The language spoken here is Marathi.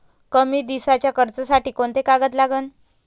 कमी दिसाच्या कर्जासाठी कोंते कागद लागन?